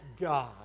God